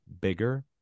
bigger